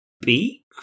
beak